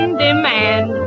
demand